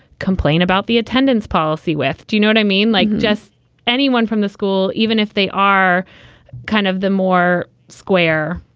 complain about the attendance policy with. do you know what i mean? like just anyone from the school, even if they are kind of the more square.